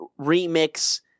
remix